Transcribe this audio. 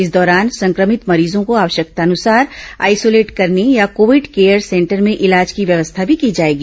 इस दौरान संक्रमित मरीजों को आवश्यकतानसार आइसोलेट करने या कोविड केयर सेंटर में इलाज की व्यवस्था भी की जाएगी